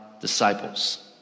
disciples